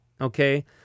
okay